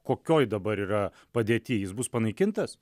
kokioj dabar yra padėty jis bus panaikintas